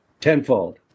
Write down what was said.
tenfold